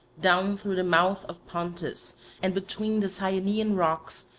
down through the mouth of pontus and between the cyanean rocks,